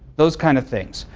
those kinds of things.